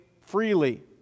freely